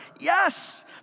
Yes